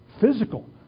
physical